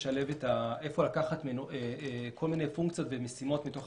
איפה לקחת כל מיני פונקציות ומשימות מתוך